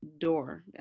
door